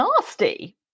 nasty